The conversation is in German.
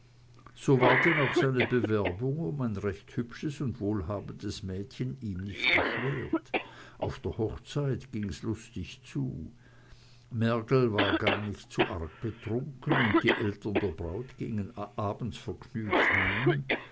so war denn auch seine bewerbung um ein recht hübsches und wohlhabendes mädchen ihm nicht erschwert auf der hochzeit ging's lustig zu mergel war gar nicht zu arg betrunken und die eltern der braut gingen abends vergnügt heim